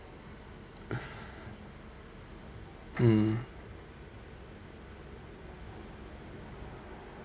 mm